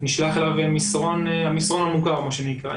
נשלח אליו המסרון המוכר מה שנקרא.